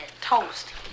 toast